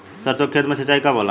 सरसों के खेत मे सिंचाई कब होला?